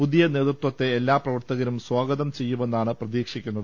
പുതിയ നേതൃത്വത്തെ എല്ലാ പ്രവർത്തകരും സ്വാഗതം ചെയ്യുമന്നാണ് പ്രതീക്ഷിക്കുന്നത്